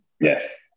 Yes